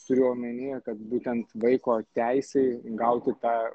turiu omenyje kad būtent vaiko teisei gauti tą